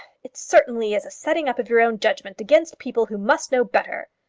it certainly is a setting up of your own judgment against people who must know better.